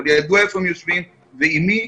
אבל ידוע איפה הם יושבים ועם מי,